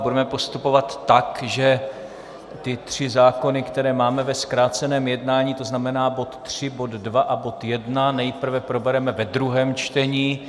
Budeme postupovat tak, že ty tři zákony, které máme ve zkráceném jednání, to znamená bod 3, bod 2 a bod 1, nejprve probereme ve druhém čtení.